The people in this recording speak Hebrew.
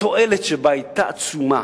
והתועלת שבה היתה עצומה.